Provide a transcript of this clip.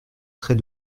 très